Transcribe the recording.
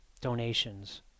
donations